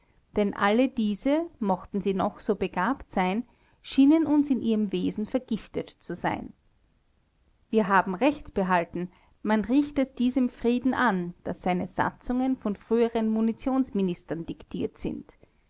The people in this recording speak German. denn alle diese mochten sie noch so begabt sein schienen uns in ihrem wesen vergiftet zu sein wir haben recht behalten man riecht es diesem frieden an daß seine satzungen von früheren munitionsministern diktiert sind